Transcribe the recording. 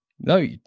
No